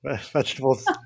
Vegetables